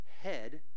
head